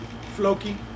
Floki